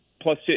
plus